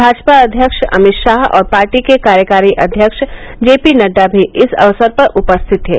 भाजपा अव्यक्ष अमित शाह और पार्टी के कार्यकारी अव्यक्ष जे पी नड्डा भी इस अवसर पर उपस्थित थे